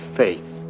faith